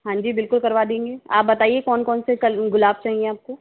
हाँ जी बिल्कुल करवा देंगे आप बताइए कौन कौन से कल गुलाब चाहिए आपको